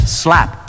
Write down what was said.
slap